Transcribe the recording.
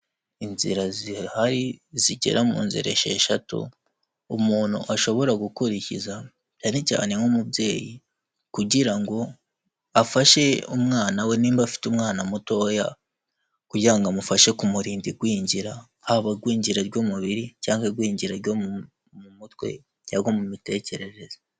Inzira zihari zigera mu nzira esheshatu umuntu ashobora gukurikiza cyane cyane nk'umubyeyi kugira ngo afashe umwana we nimba afite umwana mutoya kugira ngo amufashe kumurinda igwingira, haba igwingira ry'umubiri cyangwa igwingira ryo mu mutwe cyangwa mu mitekerereze.